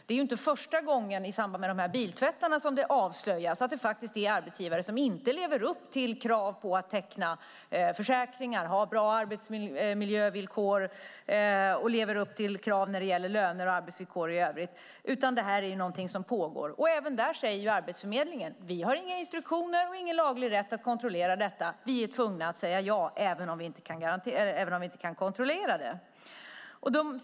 Det är ju inte i samband med biltvättarna som det för första gången avslöjas att det finns arbetsgivare som inte lever upp till kravet att teckna försäkringar, som inte har bra arbetsmiljövillkor och som inte lever upp till kravet på löner och arbetsvillkor i övrigt, utan det är någonting som pågår. Också där säger Arbetsförmedlingen: Vi har inga instruktioner och ingen laglig rätt att kontrollera detta. Vi är tvungna att säga ja även om vi inte kan kontrollera det.